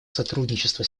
сотрудничество